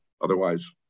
Otherwise